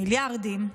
מיליארדים,